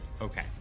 Okay